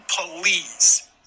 Police